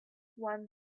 one